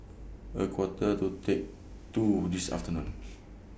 A Quarter to T two This afternoon